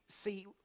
see